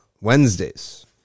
Wednesdays